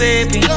Baby